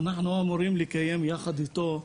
אנחנו אמורים לקיים יחד איתו,